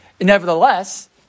nevertheless